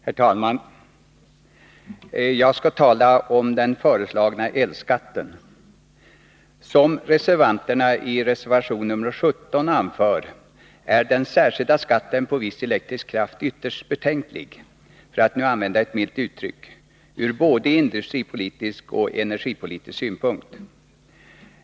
Herr talman! Jag skall tala om den föreslagna elskatten. Som reservanterna har anfört i reservation nr 17 vid skatteutskottets betänkande nr 15, är den särskilda skatten på viss elektrisk kraft ytterst betänklig, för att nu använda ett milt uttryck, från både industripolitisk och energipolitisk synpunkt.